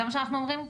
זה מה שאתם אומרים?